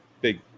big